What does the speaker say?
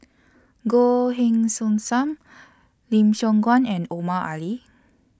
Goh Heng Soon SAM Lim Siong Guan and Omar Ali